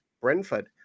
Brentford